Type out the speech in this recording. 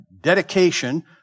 dedication